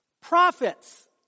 Prophets